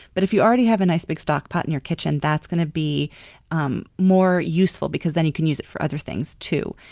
but if you already have a nice stockpot in your kitchen that's going to be um more useful because then you can use it for other things too.